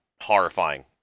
horrifying